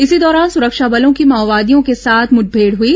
इसी दौरान सुरक्षा बलों की माओवादियों के साथ मुठभेड़ हई